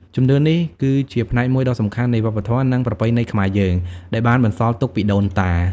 ជំនឿនេះគឺជាផ្នែកមួយដ៏សំខាន់នៃវប្បធម៌ និងប្រពៃណីខ្មែរយើង ដែលបានបន្សល់ទុកពីដូនតា។